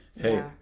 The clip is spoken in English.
Hey